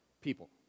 People